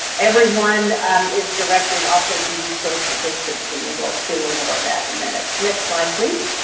everyone is directed also to use social distancing and will see a little more that in a minute next slide please.